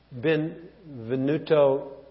Benvenuto